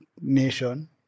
nation